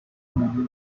million